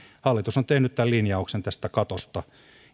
hallitus on tehnyt linjauksen tästä katosta